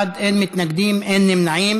בעד, 21, אין מתנגדים, אין נמנעים.